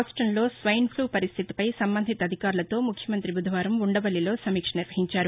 రాష్టంలో swine flu పరిస్టితిపై సంబంధిత అధికారులతో ముఖ్యమంతి బుధవారం ఉండవల్లిలో సమీక్షించారు